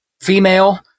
female